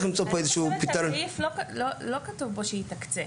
ניזום משהו שהוא באמת מכיל בתוכו ולא יהיו פטריות כאלה של תאגידים.